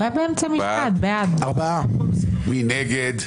מי נגד?